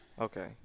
Okay